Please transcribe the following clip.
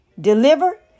deliver